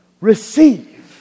Receive